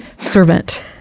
servant